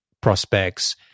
prospects